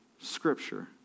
Scripture